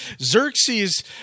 Xerxes